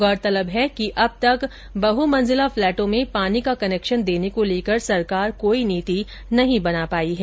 गौरतलब है कि अब तक बहुमंजिला फ्लेटों में पानी का कनेक्शन देने को लेकर सरकार कोई नीति नहीं बना पाई है